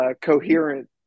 coherent